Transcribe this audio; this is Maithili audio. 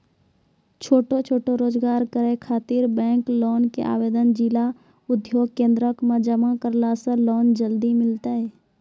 छोटो छोटो रोजगार करै ख़ातिर बैंक लोन के आवेदन जिला उद्योग केन्द्रऽक मे जमा करला से लोन जल्दी मिलतै?